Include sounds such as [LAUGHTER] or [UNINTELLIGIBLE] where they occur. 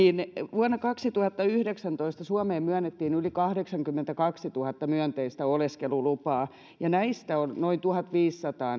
vuonna kaksituhattayhdeksäntoista suomeen myönnettiin yli kahdeksankymmentäkaksituhatta myönteistä oleskelulupaa ja näistä on noin tuhatviisisataa [UNINTELLIGIBLE]